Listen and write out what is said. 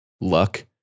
luck